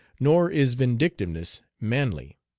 nor is vindictiveness manly.